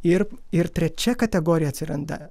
ir ir trečia kategorija atsiranda